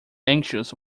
anxious